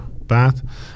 bath